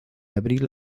abril